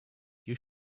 you